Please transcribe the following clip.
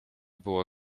było